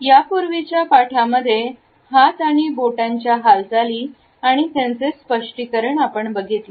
यापूर्वीच्या पाठांमध्ये हातणी बोटांच्या हालचालीं आणि त्यांचे स्पष्टीकरण आपण बघितले